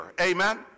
amen